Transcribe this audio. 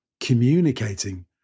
communicating